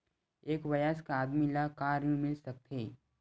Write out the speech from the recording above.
एक वयस्क आदमी ला का ऋण मिल सकथे?